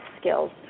skills